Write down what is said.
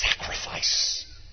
sacrifice